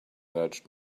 urged